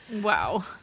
wow